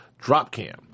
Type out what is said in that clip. Dropcam